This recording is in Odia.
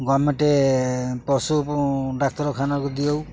ଗମେଣ୍ଟ୍ ପଶୁ ଡାକ୍ତରଖାନାକୁ ଦିଅଉ